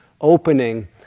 opening